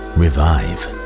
revive